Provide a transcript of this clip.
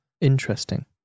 Interesting